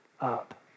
up